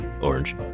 orange